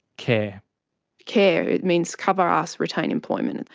care care it means cover ass, retain employment. and